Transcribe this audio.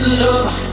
love